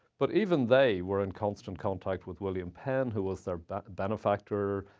but even they were in constant contact with william penn, who was their benefactor,